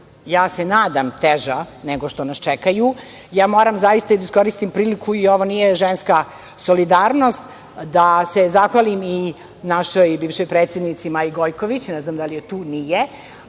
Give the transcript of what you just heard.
ja se nadam, teža nego što nas čekaju. Moram zaista da iskoristim priliku, ovo nije ženska solidarnost, da se zahvalim i našoj bivšoj predsednici Maji Gojković, ne znam da li je tu, nije,